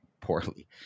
poorly